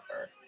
earth